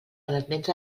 elements